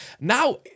now